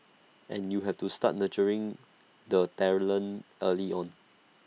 and you have to start nurturing the talent early on